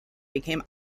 became